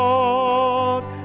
Lord